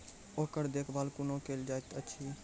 ओकर देखभाल कुना केल जायत अछि?